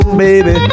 baby